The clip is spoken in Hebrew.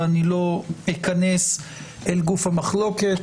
ואני לא אכנס לגוף המחלוקת.